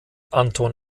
anton